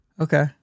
Okay